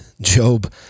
Job